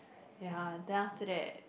ya then after that